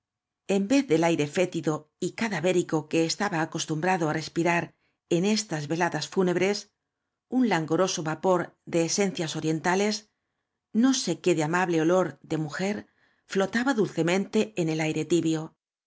en vez del aire fétido y ca davérico que estaba acostumbrado á respirar en estas veladas fúnebres un laogoroso vapor de esencias orientales ao sé qué amable olor de mujer flotaba dulcemente en el aire tibio